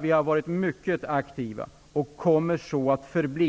Vi har varit mycket aktiva och kommer så att förbli.